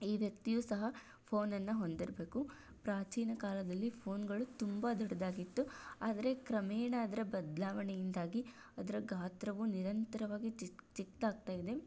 ಈ ವ್ಯಕ್ತಿಯು ಸಹ ಫೋನನ್ನು ಹೊಂದಿರ್ಬೇಕು ಪ್ರಾಚೀನ ಕಾಲದಲ್ಲಿ ಫೋನ್ಗಳು ತುಂಬ ದೊಡ್ಡದಾಗಿತ್ತು ಆದರೆ ಕ್ರಮೇಣ ಅದರ ಬದಲಾವಣೆಯಿಂದಾಗಿ ಅದರ ಗಾತ್ರವು ನಿರಂತರವಾಗಿ ಚಿಕ್ಕದಾಗ್ತಾಯಿದೆ